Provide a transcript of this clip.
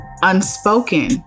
unspoken